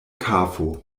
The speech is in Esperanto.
kafo